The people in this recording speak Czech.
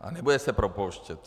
A nebude se propouštět.